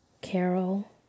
Carol